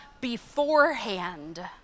Beforehand